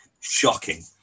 Shocking